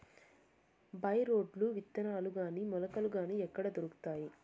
By రోడ్లు విత్తనాలు గాని మొలకలు గాని ఎక్కడ దొరుకుతాయి?